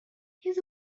his